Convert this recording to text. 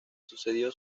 sucedió